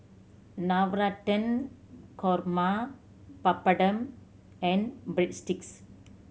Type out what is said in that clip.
Navratan Korma Papadum and Breadsticks